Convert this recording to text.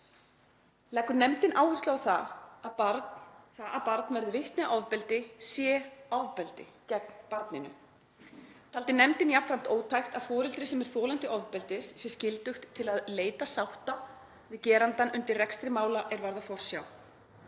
Leggur nefndin áherslu á það að verði barn vitni að ofbeldi sé það ofbeldi gegn barninu. Taldi nefndin jafnframt ótækt að foreldri sem er þolandi ofbeldis sé skyldugt til að leita sátta við gerandann undir rekstri mála er varðar forsjá.